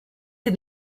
des